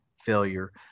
failure